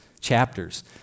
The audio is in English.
chapters